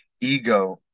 ego